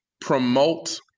promote